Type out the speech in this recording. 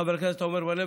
חבר הכנסת עמר בר-לב,